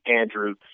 Andrew